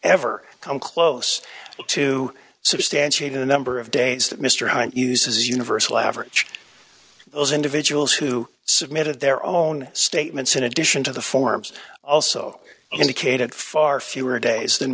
ever come close to substantiate the number of days that mr hyde uses universal average those individuals who submitted their own statements in addition to the forms also indicated far fewer days than